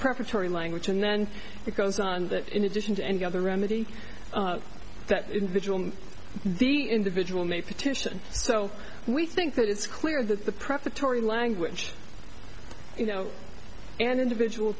preparatory language and then it goes on that in addition to any other remedy that individual the individual may petition so we think that it's clear that the prefatory language you know an individual